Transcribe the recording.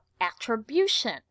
attribution